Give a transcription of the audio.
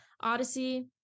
Odyssey